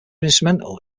instrumental